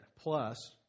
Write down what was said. Plus